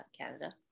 canada